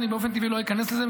אני באופן טבעי לא איכנס לזה,